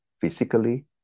physically